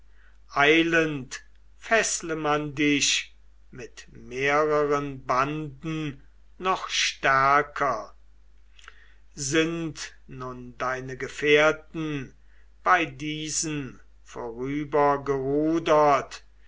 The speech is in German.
eilend feßle man dich mit mehreren banden noch stärker sind nun deine gefährten bei diesen